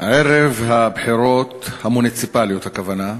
ערב הבחירות, המוניציפליות הכוונה,